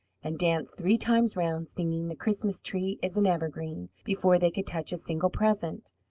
and dance three times round, singing the christmas-tree is an evergreen, before they could touch a single present.